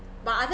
but other